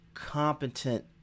competent